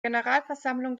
generalversammlung